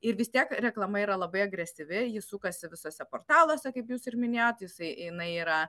ir vis tiek reklama yra labai agresyvi ji sukasi visuose portaluose kaip jūs ir minėjot jisai jinai yra